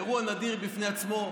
אירוע נדיר בפני עצמו,